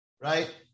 right